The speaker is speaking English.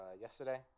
yesterday